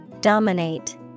Dominate